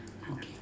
okay